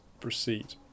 proceed